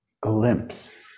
glimpse